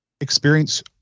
experience